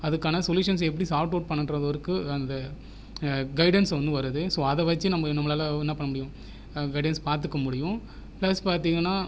அதுக்கான சொல்யூஷன்ஸ் எப்படி sort out பண்ணணுங்றளவுக்கு அந்த கைடன்ஸ் ஒன்று வருது ஸோ அதை வச்சு நம்ம நம்மளால என்ன பண்ண முடியும் கைடன்ஸ் பார்த்துக்க முடியும் ப்ளஸ் பார்த்தீங்கனா